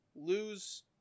lose